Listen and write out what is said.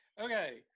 Okay